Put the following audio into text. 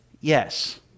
Yes